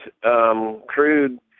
crude